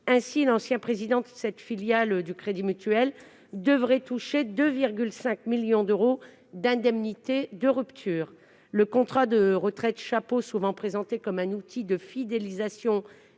L'ancien président de cette filiale du Crédit Mutuel devrait ainsi toucher 2,5 millions d'euros d'indemnités de rupture. Le contrat de retraite chapeau, qui est souvent présenté comme un outil de fidélisation